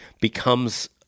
becomes